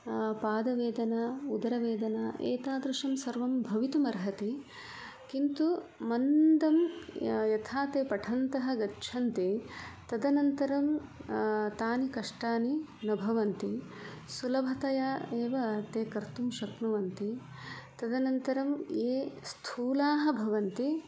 पादवेदना उदरवेदना एतादृशं सर्वं भवतितुमर्हति किन्तु मन्दं यथा ते पठन्तः गच्छन्ति तदनन्तरं तानि कष्टानि न भवन्ति सुलभतया एव ते कर्तुं शक्नुवन्ति तदनन्तरं ये स्थूलाः भवन्ति